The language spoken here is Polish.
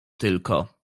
tylko